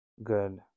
good